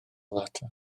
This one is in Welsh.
ddata